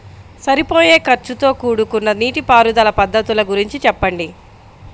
సరిపోయే ఖర్చుతో కూడుకున్న నీటిపారుదల పద్ధతుల గురించి చెప్పండి?